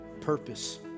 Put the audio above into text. Purpose